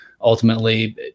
ultimately